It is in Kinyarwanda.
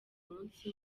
munsi